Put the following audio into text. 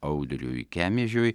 audriui kemežiui